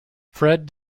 fred